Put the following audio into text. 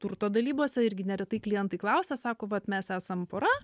turto dalybose irgi neretai klientai klausia sako vat mes esam pora